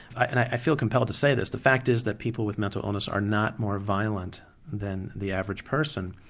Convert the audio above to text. i feel compelled to say this, the fact is that people with mental illness are not more violent than the average person.